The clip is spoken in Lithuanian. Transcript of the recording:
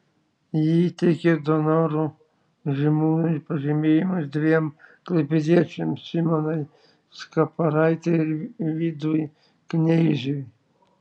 ji įteikė donorų žymūnų pažymėjimus dviem klaipėdiečiams simonai skaparaitei ir vidui kneižiui